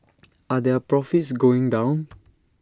are their profits going down